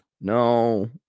No